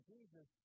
Jesus